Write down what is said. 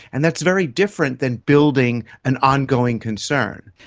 and that's very different than building an ongoing concern.